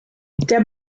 der